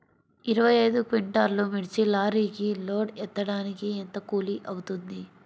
ఇరవై ఐదు క్వింటాల్లు మిర్చి లారీకి లోడ్ ఎత్తడానికి ఎంత కూలి అవుతుంది?